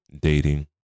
dating